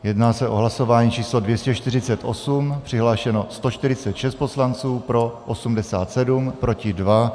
Jedná se o hlasování číslo 248, přihlášeno 146 poslanců, pro 87, proti 2.